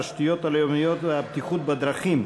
התשתיות הלאומיות והבטיחות בדרכים,